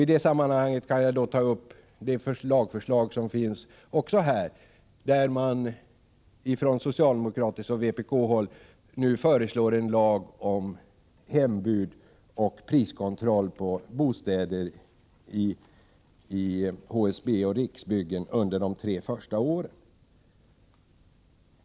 I det sammanhanget kan jag ta upp lagförslaget från socialdemokraterna och vpk om hembud och priskontroll på bostäder i HSB och Riksbyggen under de tre första åren.